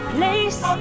place